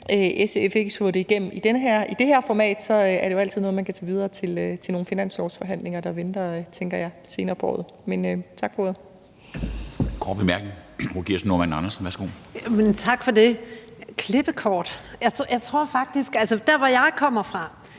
SF ikke få det igennem i det her format, er det jo altid noget, man kan tage videre til nogle finanslovsforhandlinger, der venter, tænker jeg, senere på året. Men tak for ordet. Kl. 13:49 Formanden (Henrik